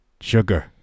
sugar